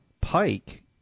Pike